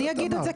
אני אגיד את זה,